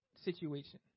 situation